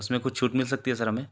उसमें कुछ छूट मिल सकती है सर हमें